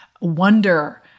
wonder